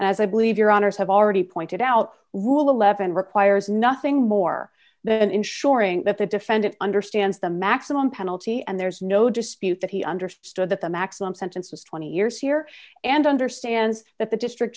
as i believe your honour's have already pointed out rule eleven requires nothing more than ensuring that the defendant understands the maximum penalty and there's no dispute that he understood that the maximum sentence was twenty years here and understands that the district